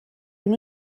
ddim